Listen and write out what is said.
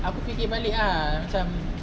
aku fikir balik ah macam